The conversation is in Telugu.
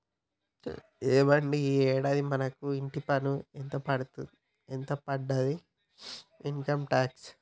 ఏవండి ఈ యాడాది మనకు ఇంటి పన్ను ఎంత పడతాదండి ఇన్కమ్ టాక్స్